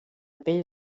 pell